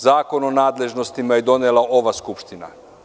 Zakon o nadležnostima je donela ova Skupština.